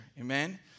Amen